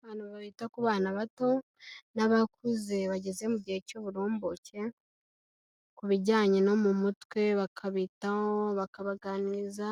Abantu babita ku bana bato n'abakuze bageze mu gihe cy'uburumbuke ku bijyanye no mu mutwe bakabitaho, bakabaganiriza,